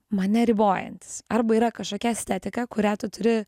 mane ribojantys arba yra kažkokia estetika kurią tu turi